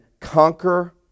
conquer